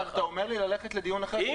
אתה אומר לי ללכת לדיון אחר?